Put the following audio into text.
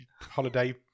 holiday